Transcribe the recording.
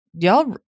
y'all